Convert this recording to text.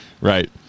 Right